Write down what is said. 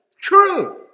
true